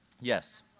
yes